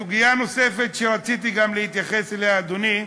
סוגיה נוספת שרציתי להתייחס אליה, אדוני,